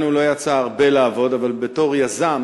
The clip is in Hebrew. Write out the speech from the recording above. לנו לא יצא הרבה לעבוד ביחד אבל בתור יזם,